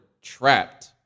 trapped